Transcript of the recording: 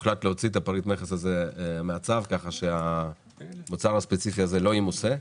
הוחלט להוציא את פריט המכס הזה מהצו כך שהמוצר הספציפי הזה לא ימוסה.